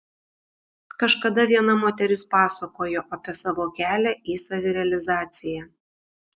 kažkada viena moteris pasakojo apie savo kelią į savirealizaciją